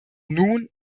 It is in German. nun